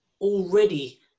already